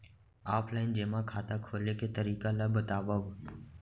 Offline जेमा खाता खोले के तरीका ल बतावव?